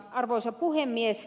arvoisa puhemies